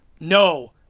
No